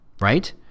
right